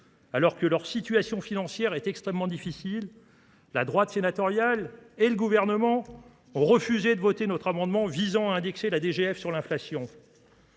Alors que leur situation financière est extrêmement difficile, la droite sénatoriale et le gouvernement ont refusé de voter notre amendement visant à indexer la DGF sur l'inflation.